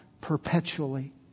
perpetually